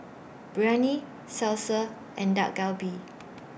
Biryani Salsa and Dak Galbi